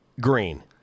green